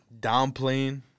downplaying